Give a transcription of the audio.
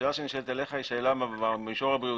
השאלה שמופנית אליך היא שאלה במישור הבריאותי.